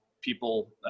people